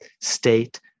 state